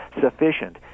sufficient